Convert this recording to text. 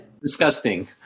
disgusting